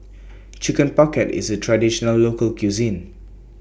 Chicken Pocket IS A Traditional Local Cuisine